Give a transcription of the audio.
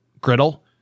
griddle